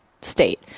State